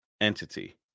entity